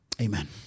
Amen